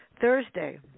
Thursday